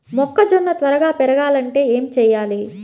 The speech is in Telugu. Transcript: మొక్కజోన్న త్వరగా పెరగాలంటే ఏమి చెయ్యాలి?